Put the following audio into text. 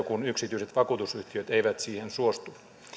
kun yksityiset vakuutusyhtiöt eivät siihen suostu